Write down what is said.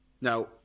Now